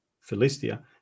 Philistia